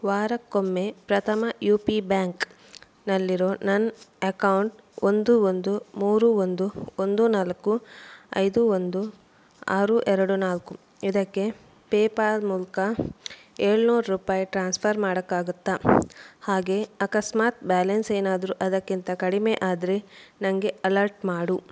ವಾರಕ್ಕೊಮ್ಮೆ Prathama U P ಬ್ಯಾಂಕ್ನಲ್ಲಿರುವ ನನ್ನ ಎಕೌಂಟ್ ಒಂದು ಒಂದು ಮೂರು ಒಂದು ಒಂದು ನಾಲ್ಕು ಐದು ಒಂದು ಆರು ಎರಡು ನಾಲ್ಕು ಇದಕ್ಕೆ ಪೇಪಾಲ್ ಮೂಲಕ ಏಳ್ನೂರು ರೂಪಾಯಿ ಟ್ರಾನ್ಸ್ಫರ್ ಮಾಡೋಕ್ಕಾಗುತ್ತ ಹಾಗೇ ಅಕಸ್ಮಾತ್ ಬ್ಯಾಲೆನ್ಸ್ ಏನಾದರು ಅದಕ್ಕಿಂತ ಕಡಿಮೆ ಆದರೆ ನನಗೆ ಅಲರ್ಟ್ ಮಾಡು